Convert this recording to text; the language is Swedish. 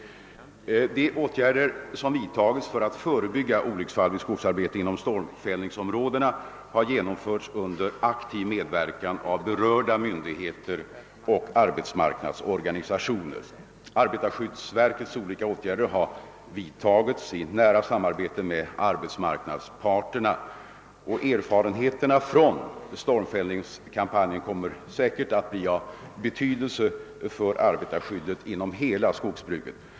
De åtgärder som har vidtagits för att förebygga olycksfall i skogsarbete inom stormfällningsområdena har genomförts under en aktiv medverkan av berörda myndigheter och arbetsmarknadsorganisationer. = Arbetarskyddsverkets olika åtgärder har vidtagits i nära samarbete med arbetsmarknadsparterna, och erfarenheterna från stormfällningskampanjen kommer säkerligen att bli av betydelse för arbetarskyddet inom hela skogsbruket.